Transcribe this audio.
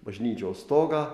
bažnyčios stogą